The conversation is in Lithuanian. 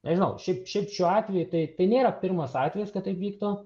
nežinau šiaip šiaip šiuo atveju tai nėra pirmas atvejis kad taip vyktų